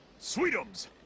Sweetums